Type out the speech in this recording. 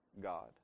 God